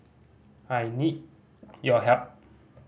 I need your help